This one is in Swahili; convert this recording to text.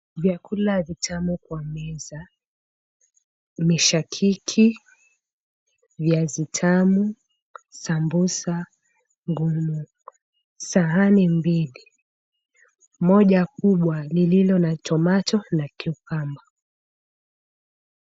Vyakula vitamu kwa meza. Mishakiki, viazi tamu, sambusa. Sahani mbili, moja kubwa lililo na tomato na cucumber .